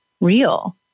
real